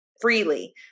freely